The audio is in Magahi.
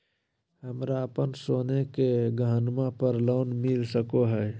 हमरा अप्पन सोने के गहनबा पर लोन मिल सको हइ?